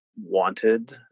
wanted